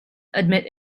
admit